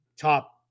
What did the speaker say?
top